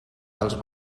dels